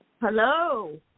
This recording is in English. Hello